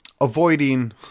avoiding